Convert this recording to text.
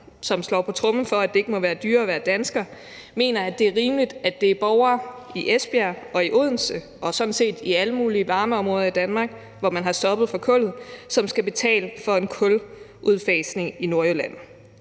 som slår på tromme for, at det ikke må være dyrere at være dansker, mener, at det er rimeligt, at borgere i Esbjerg og i Odense og sådan set i alle mulige varmeområder i Danmark, hvor man har stoppet for brugen af kul, skal betale for en kuludfasning i Nordjylland.